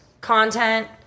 content